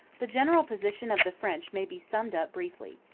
the general position of the french may be summed up briefly.